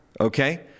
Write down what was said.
okay